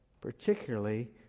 particularly